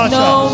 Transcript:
no